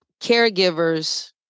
caregivers